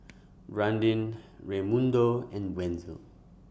Brandin Raymundo and Wenzel